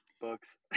books